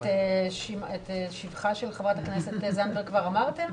את שבחה של ח"כ זנדברג כבר אמרתם?